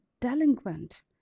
delinquent